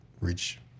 Reach